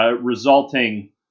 Resulting